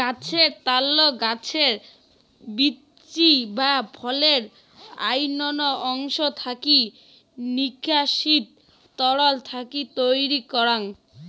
গছের ত্যাল, গছের বীচি বা ফলের অইন্যান্য অংশ থাকি নিষ্কাশিত তরল থাকি তৈয়ার করাং